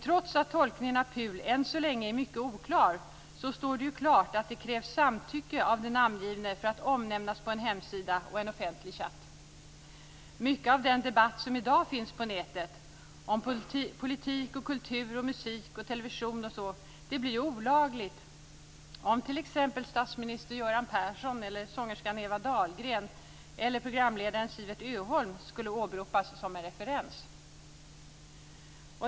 Trots att tolkningen av PUL än så länge är mycket oklar står det klart att det krävs samtycke av den namngivna för att vederbörande skall kunna omnämnas på en hemsida och en offentlig chat. Mycket av den debatt som i dag finns på nätet om politik, kultur, musik och television blir olaglig om t.ex. statsminister Göran Persson, sångerskan Eva Dahlgren eller programledaren Siewert Öholm skulle åberopas som en referens.